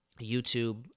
YouTube